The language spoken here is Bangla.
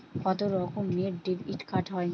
কত রকমের ডেবিটকার্ড হয়?